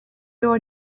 your